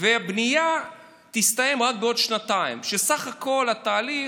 והבנייה תסתיים בעוד שנתיים, כך שבסך הכול התהליך,